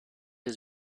his